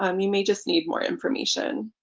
um you may just need more information.